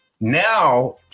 Now